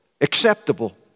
acceptable